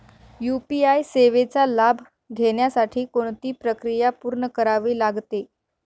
UPI सेवेचा लाभ घेण्यासाठी कोणती प्रक्रिया पूर्ण करावी लागते?